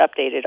updated